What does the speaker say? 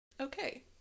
okay